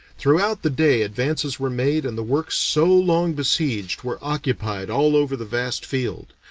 throughout the day advances were made and the works so long besieged were occupied all over the vast field,